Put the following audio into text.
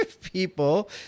people